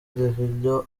davido